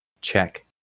Check